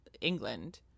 England